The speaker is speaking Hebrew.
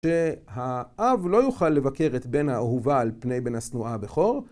שהאב לא יוכל לבכר את בן האהובה על פני בן השנואה הבכור.